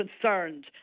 concerned